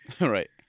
Right